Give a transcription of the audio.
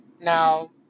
Now